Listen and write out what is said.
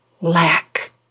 lack